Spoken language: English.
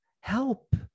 help